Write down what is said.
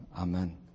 Amen